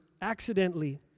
accidentally